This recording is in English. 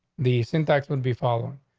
the syntax would be following.